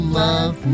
love